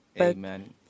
amen